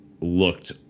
looked